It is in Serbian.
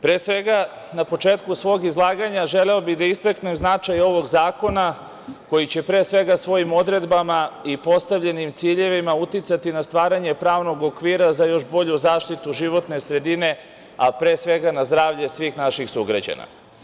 Pre svega, na početku svog izlaganja želeo bih da istaknem značaj ovog zakona koji će, pre svega, svojim odredbama i postavljenim ciljevima uticati na stvaranje pravnog okvira za još bolju zaštitu životne sredine, a pre svega na zdravlje svih naših sugrađana.